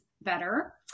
better